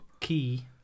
Key